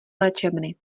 léčebny